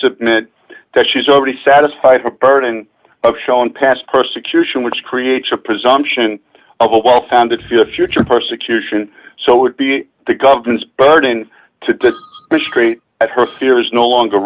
submit that she's already satisfied the burden of showing past persecution which creates a presumption of a well founded fear future persecution so it would be the government's burden to miscreate at her fear is no longer